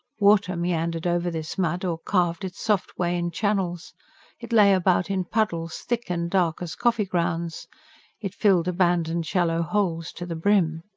water meandered over this mud, or carved its soft way in channels it lay about in puddles, thick and dark as coffee-grounds it filled abandoned shallow holes to the brim.